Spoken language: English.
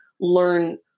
learn